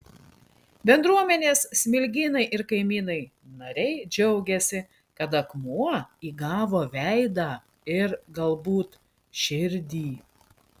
bendruomenės smilgynai ir kaimynai nariai džiaugiasi kad akmuo įgavo veidą ir galbūt širdį